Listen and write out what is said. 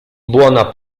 buona